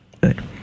Good